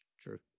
True